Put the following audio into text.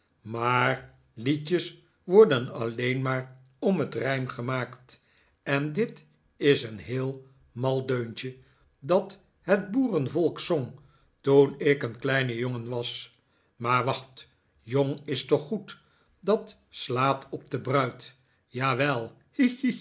maar liedjes worden alleen maar om het rijm gemaakt en dit is een heel mal deuntje dat het boerenvolk zong toen ik een kleine jongen was maar wacht jong is toch goed dat slaat op de bruid jawel